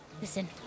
Listen